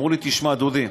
אמרו לי: תשמע, דודי,